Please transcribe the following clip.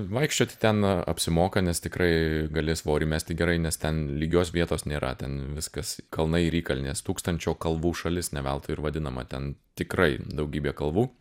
vaikščioti ten apsimoka nes tikrai gali svorį mesti gerai nes ten lygios vietos nėra ten viskas kalnai ir įkalnės tūkstančio kalvų šalis ne veltui ir vadinama ten tikrai daugybė kalvų